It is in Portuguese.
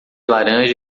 laranja